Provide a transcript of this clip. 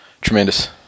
Tremendous